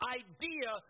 idea